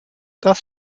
das